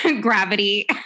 gravity